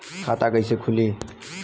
खाता कइसे खुली?